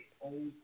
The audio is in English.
Old